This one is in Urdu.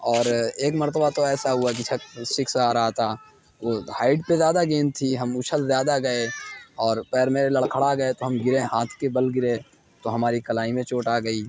اور ایک مرتبہ تو ایسا ہوا کہ چھک سکس آ رہا تھا وہ ہائٹ پہ زیادہ گیند تھی ہم اچھل زیادہ گئے اور پیر میرے لڑکھڑا گئے تو ہم گرے ہاتھ کے بل گرے تو ہماری کلائی میں چوٹ آ گئ